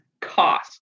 cost